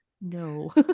No